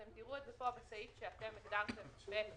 אתם תראו את זה פה בסעיף שאתם הגדרתם (ב)